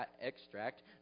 extract